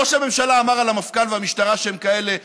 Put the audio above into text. ראש הממשלה אמר על המפכ"ל והמשטרה שהם כאלה נחנחים,